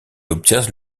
obtient